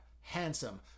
handsome